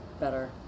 better